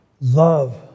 love